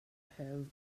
have